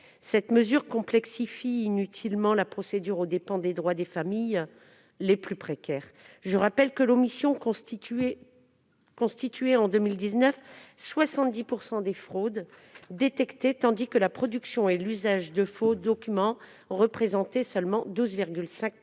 telle mesure complexifie inutilement la procédure aux dépens des droits des familles les plus précaires. Je rappelle que, en 2019, l'omission constituait 70 % des fraudes détectées, tandis que la production et l'usage de faux documents représentaient seulement 12,5